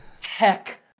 heck